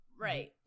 right